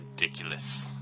Ridiculous